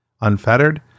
unfettered